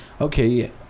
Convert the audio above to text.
okay